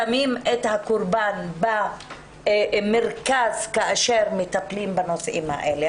שמים את הקורבן במרכז כאשר מטפלים בנושאים האלה.